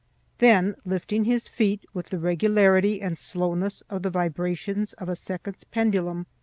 then, lifting his feet with the regularity and slowness of the vibrations of a seconds pendulum,